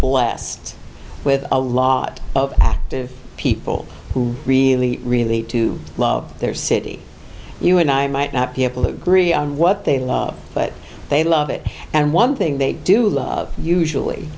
blessed with a lot of active people who really relate to love their city you and i might not be able to agree on what they like but they love it and one thing they do love usually